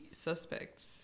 suspects